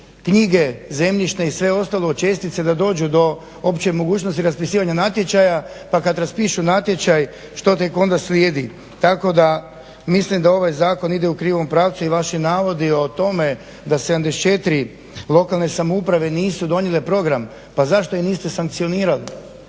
knjige zemljišne i sve ostalo, čestice, da dođu do uopće mogućnosti raspisivanja natječaja pa kad raspišu natječaj što tek onda slijedi. Tako da mislim da ovaj zakon ide u krivom pravcu i vaši navodi o tome da 74 lokalne samouprave nisu donijele program, pa zašto ih niste sankcionirali?